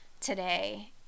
today